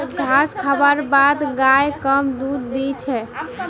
घास खा बार बाद गाय कम दूध दी छे